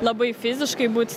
labai fiziškai būt